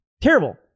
terrible